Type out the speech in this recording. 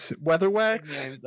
weatherwax